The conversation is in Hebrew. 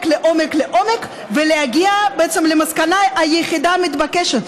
לעומק לעומק ולהגיע בעצם למסקנה היחידה המתבקשת,